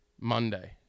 Monday